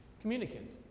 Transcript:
communicant